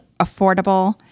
affordable